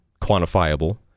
quantifiable